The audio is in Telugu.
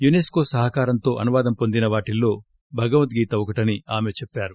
యునెన్కో సహకారంతో అనువాదం పొందిన వాటిల్లో భగవద్గీ ఒకటని ఆమె చెప్పారు